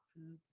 foods